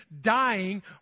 dying